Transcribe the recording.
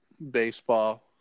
baseball